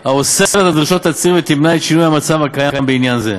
הממשלתית האוסרת על דרישת תצהיר ותמנע את שינוי המצב הקיים בעניין זה.